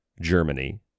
Germany